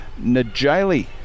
Najali